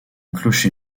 clocher